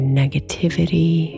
negativity